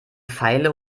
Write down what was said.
feile